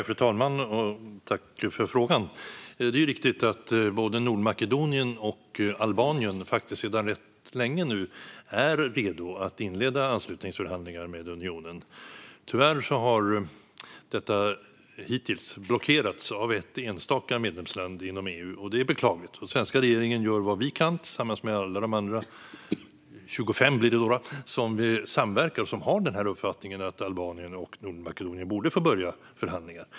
Fru talman! Jag tackar för frågan. Det är ju riktigt att både Nordmakedonien och Albanien sedan rätt länge är redo att inleda anslutningsförhandlingar med unionen. Tyvärr har detta hittills blockerats av ett enstaka medlemsland inom EU. Det är beklagligt. Från den svenska regeringens sida gör vi vad vi kan tillsammans med alla de andra 25 som samverkar och som har uppfattningen att Albanien och Nordmakedonien borde få börja förhandlingar.